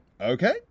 okay